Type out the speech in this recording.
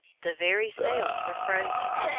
the very sails were frozen.